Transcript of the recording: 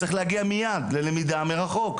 צריך להגיע מיד ללמידה מרחוק,